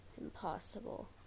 Impossible